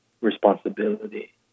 responsibility